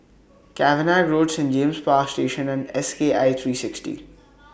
Cavenagh Road Saint James Power Station and S K I three sixty